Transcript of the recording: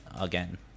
again